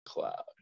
cloud